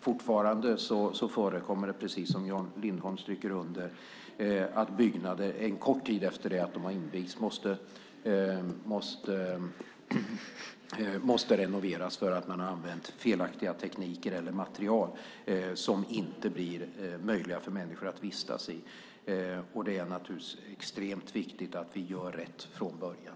Fortfarande förekommer det, som Jan Lindholm understryker, att byggnader en kort tid efter det att de har invigts måste renoveras för att man använt felaktiga tekniker eller material som gör att de inte blir möjliga för människor att vistas i. Det är extremt viktigt att vi gör rätt från början.